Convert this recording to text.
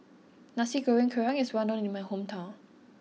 Nasi Goreng Kerang is well known in my hometown